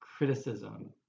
criticism